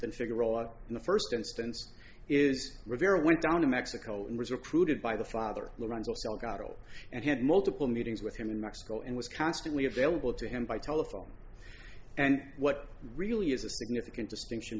in the first instance is rivera went down to mexico and was recruited by the father lorenzo salgado and had multiple meetings with him in mexico and was constantly available to him by telephone and what really is a significant distinction